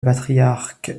patriarche